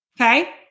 okay